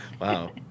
Wow